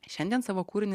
šiandien savo kūrinį